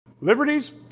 Liberties